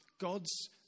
God's